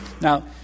Now